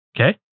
Okay